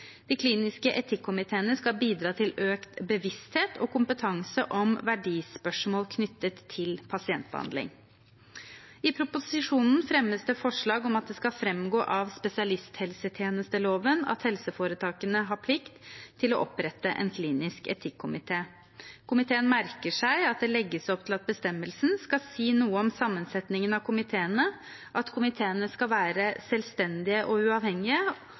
De kliniske etikkomiteene skal bidra til økt bevissthet og kompetanse om verdispørsmål knyttet til pasientbehandling. I proposisjonen fremmes det forslag om at det skal framgå av spesialisthelsetjenesteloven at helseforetakene har plikt til å opprette en klinisk etikkomité. Komiteen merker seg at det legges opp til at bestemmelsen skal si noe om sammensetningen av komiteene, at komiteene skal være selvstendige og uavhengige,